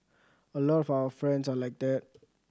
a lot of our friends are like that